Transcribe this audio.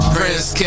Prince